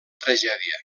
tragèdia